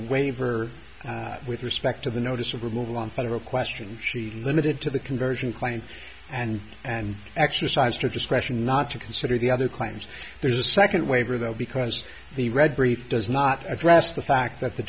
waiver with respect to the notice of removal on federal questions limited to the conversion client and and exercised her discretion not to consider the other claims there's a second waiver though because the read brief does not address the fact that the